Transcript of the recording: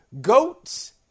Goats